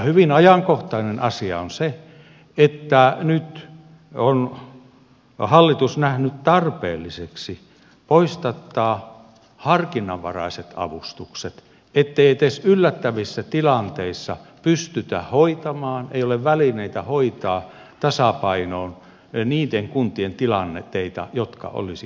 hyvin ajankohtainen asia on se että nyt on hallitus nähnyt tarpeelliseksi poistattaa harkinnanvaraiset avustukset ettei edes yllättävissä tilanteissa pystytä hoitamaan ei ole välineitä hoitaa tasapainoon niiden kuntien tilanteita jotka olisivat hoidettavissa